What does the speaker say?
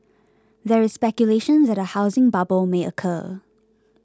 there is speculation that a housing bubble may occur